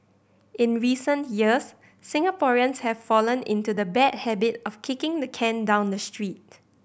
in recent years Singaporeans have fallen into the bad habit of kicking the can down the street